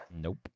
Nope